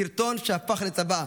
סרטון שהפך לצוואה,